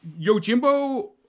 Yojimbo